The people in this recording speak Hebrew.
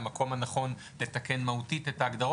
המקום הנכון לתקן מהותית את ההגדרות,